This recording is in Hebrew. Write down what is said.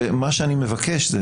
ומה שאני מבקש,